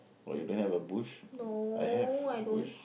oh you don't have a bush I have a bush